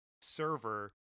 server